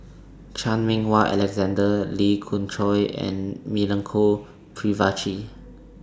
Chan Meng Wah Alexander Lee Khoon Choy and Milenko Prvacki